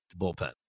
bullpen